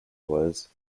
was